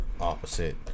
opposite